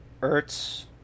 Ertz